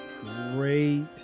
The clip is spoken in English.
Great